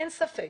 אין ספק